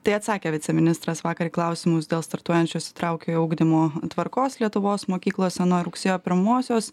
tai atsakė viceministras vakar į klausimus dėl startuojančios įtraukiojo ugdymo tvarkos lietuvos mokyklose nuo rugsėjo pirmosios